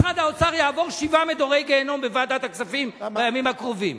משרד האוצר יעבור שבעה מדורי גיהינום בוועדת הכספים בימים הקרובים.